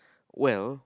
well